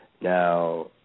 Now